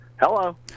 Hello